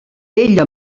ella